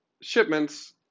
shipments